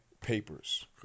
papers